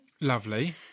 Lovely